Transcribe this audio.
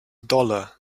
dollar